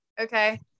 okay